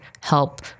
help